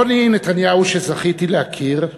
יוני נתניהו, שזכיתי להכיר,